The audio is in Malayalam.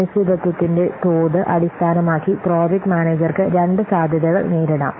അനിശ്ചിതത്വത്തിന്റെ തോത് അടിസ്ഥാനമാക്കി പ്രോജക്ട് മാനേജർക്ക് രണ്ട് സാധ്യതകൾ നേരിടാം